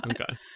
Okay